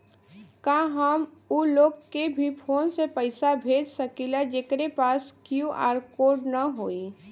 का हम ऊ लोग के भी फोन से पैसा भेज सकीला जेकरे पास क्यू.आर कोड न होई?